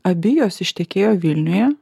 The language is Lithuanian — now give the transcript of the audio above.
abi jos ištekėjo vilniuje